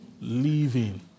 living